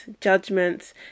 judgments